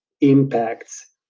impacts